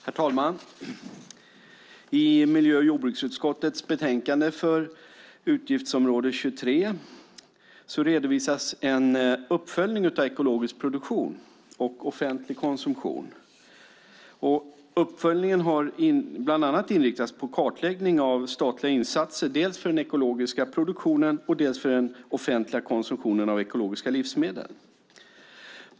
Herr talman! I miljö och jordbruksutskottets betänkande om utgiftsområde 23 redovisas en uppföljning av ekologisk produktion och offentlig konsumtion. Uppföljningen har bland annat inriktats på kartläggning av statliga insatser dels för den ekologiska produktionen, dels för den offentliga konsumtionen av ekologiska livsmedel.